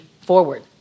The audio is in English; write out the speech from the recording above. forward